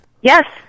Yes